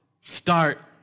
Start